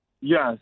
Yes